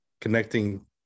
connecting